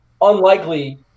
unlikely